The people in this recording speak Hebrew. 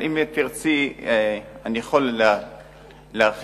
אם תרצי, אני אוכל להרחיב.